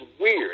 weird